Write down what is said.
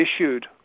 issued